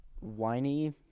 whiny